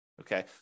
okay